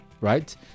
Right